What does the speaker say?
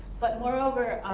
but moreover,